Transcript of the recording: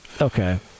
Okay